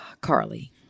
Carly